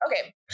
okay